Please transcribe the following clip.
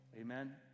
Amen